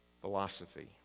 philosophy